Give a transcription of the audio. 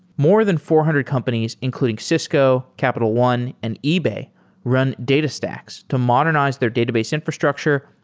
more than four hundred companies including cisco, capital one, and ebay run datastax to modernize their database infrastructure,